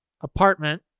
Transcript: apartment